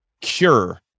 cure